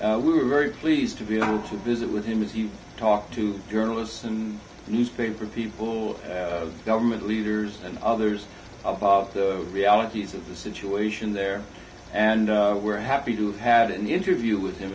on we were very pleased to be able to visit with him as you talk to journalists and newspaper people government leaders and others of off the realities of the situation there and we're happy to have had an interview with him